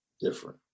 different